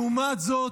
לעומת זאת,